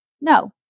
No